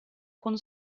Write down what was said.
con